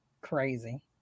Crazy